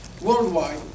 worldwide